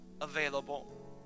available